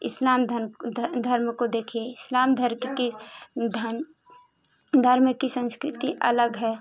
इस्लाम धर्म धर्म को देखिए इस्लाम धर्क के धन धर्म की संस्कृति अलग है